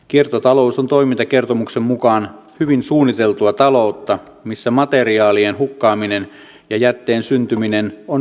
kiertotalous on toimintakertomuksen mukaan hyvin suunniteltua taloutta missä materiaalien hukkaaminen ja jätteen syntyminen on minimoitu